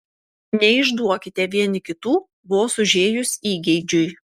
neišduokite vieni kitų vos užėjus įgeidžiui